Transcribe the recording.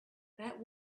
that